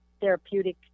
therapeutic